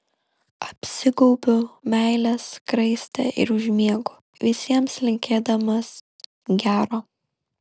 apsigaubiu meilės skraiste ir užmiegu visiems linkėdamas gero